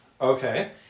Okay